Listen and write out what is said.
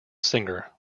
singer